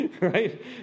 right